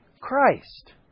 Christ